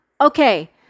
Okay